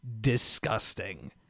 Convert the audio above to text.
disgusting